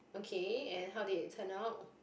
okay and how did it turn out